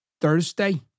Thursday